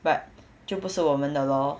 but 就不是我们的 lor